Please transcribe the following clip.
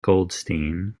goldstein